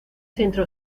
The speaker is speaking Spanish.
centro